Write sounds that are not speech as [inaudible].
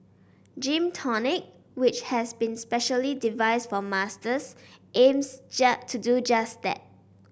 Gym Tonic which has been specially devised for Masters aims [unintelligible] to do just that